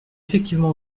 effectivement